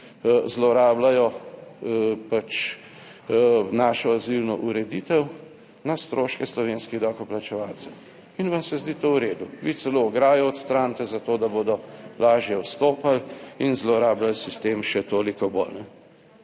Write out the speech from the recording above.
zlorabljajo našo azilno ureditev na stroške slovenskih davkoplačevalcev in vam se zdi to v redu. Vi celo ograjo odstranite zato, da bodo lažje vstopali in zlorabljali sistem še toliko bolj.